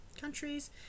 countries